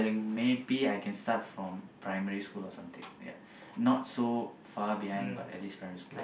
maybe I can from primary school or something ya not so far behind but at least primary school